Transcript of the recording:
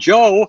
Joe